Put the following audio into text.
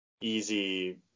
easy